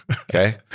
okay